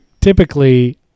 typically